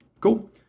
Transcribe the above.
Cool